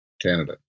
Canada